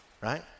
right